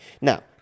Now